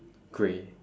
grey